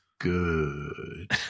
good